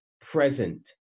present